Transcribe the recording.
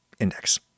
index